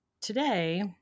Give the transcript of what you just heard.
today